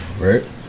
right